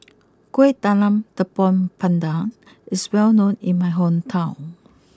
Kueh Talam Tepong Pandan is well known in my hometown